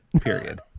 Period